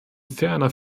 ferner